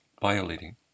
violating